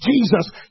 Jesus